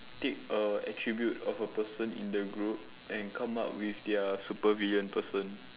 take a attribute of a person in the group and come up with their supervillain person